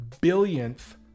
billionth